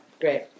Great